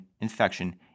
infection